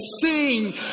sing